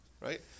right